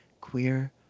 queer